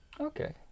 okay